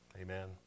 Amen